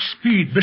Speed